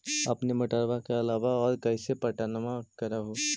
अपने मोटरबा के अलाबा और कैसे पट्टनमा कर हू?